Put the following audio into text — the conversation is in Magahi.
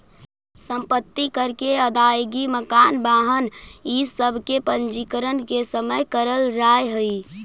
सम्पत्ति कर के अदायगी मकान, वाहन इ सब के पंजीकरण के समय करल जाऽ हई